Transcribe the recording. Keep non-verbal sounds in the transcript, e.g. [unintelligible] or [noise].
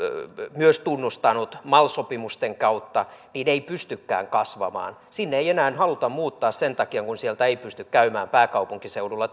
myös tunnustanut mal sopimusten kautta ei pystykään kasvamaan sinne ei enää haluta muuttaa sen takia kun sieltä ei pysty käymään pääkaupunkiseudulla [unintelligible]